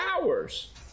hours